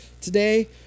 Today